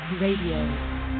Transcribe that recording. RADIO